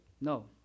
No